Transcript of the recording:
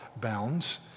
bounds